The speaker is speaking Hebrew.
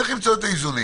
צריך למצוא את האיזונים.